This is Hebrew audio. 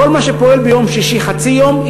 כל מה שפועל ביום שישי חצי יום,